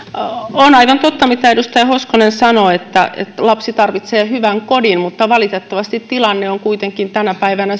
on aivan totta mitä edustaja hoskonen sanoi että lapsi tarvitsee hyvän kodin mutta valitettavasti tilanne on kuitenkin tänä päivänä